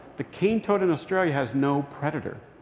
the cane toad in australia has no predator.